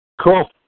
Cool